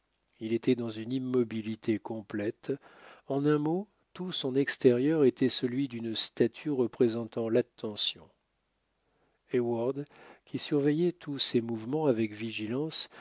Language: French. il était dans une immobilité complète en un mot tout son extérieur était celui d'une statue représentant l'attention heyward qui surveillait tous ses mouvements avec vigilance